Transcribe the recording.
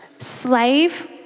slave